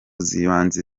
z’ibanze